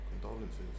Condolences